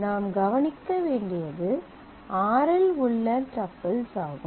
நாம் கவனிக்க வேண்டியது r இல் உள்ள டப்பிள்ஸ் ஆகும்